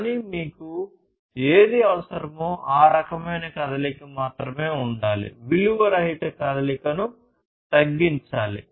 కానీ మీకు ఏది అవసరమో ఆ రకమైన కదలిక మాత్రమే ఉండాలి విలువ రహిత కదలికను తగ్గించాలి